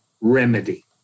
remedy